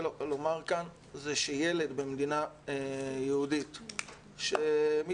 לומר כאן זה שילד במדינה יהודית שמתפלל,